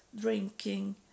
drinking